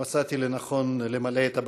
מצאתי לנכון למלא את הבקשה.